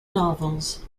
novels